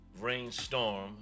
rainstorm